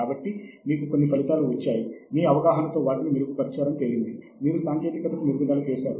కాబట్టి ఈ సాహిత్యము మనకి ఎక్కడ దొరుకుతుంది